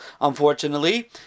unfortunately